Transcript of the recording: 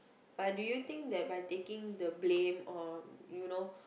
but do you think that by taking the blame or you know